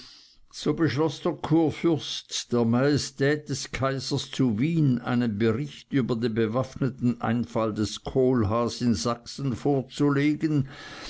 so beschloß der kurfürst der majestät des kaisers zu wien einen bericht über den bewaffneten einfall des kohlhaas in sachsen vorzulegen